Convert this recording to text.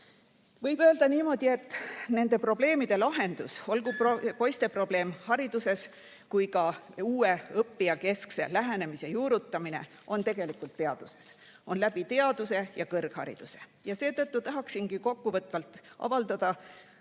Võib öelda niimoodi, et nende probleemide lahendus, olgu see poiste probleem hariduses või uue, õppijakeskse lähenemise juurutamine, on tegelikult teaduses – teaduses ja kõrghariduses. Seetõttu tahaksingi kokkuvõtvalt avaldada